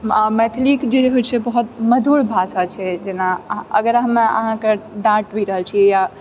मैथिलीके जे हय छै बहुत मधुर भाषा छै जेना अगर हमे अहाँके डाँट भी रहल छी या